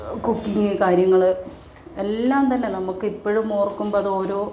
cooking കാര്യങ്ങൾ എല്ലാം തന്നെ നമുക്ക് ഇപ്പോഴും ഓർക്കുമ്പോൾ അത് ഓരോ